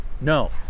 no